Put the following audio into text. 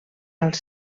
als